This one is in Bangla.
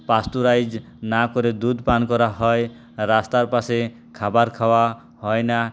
পাস্তুরাইজ না করে দুধ পান করা হয় রাস্তার পাশে খাবার খাওয়া হয় না